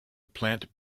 plant